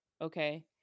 Okay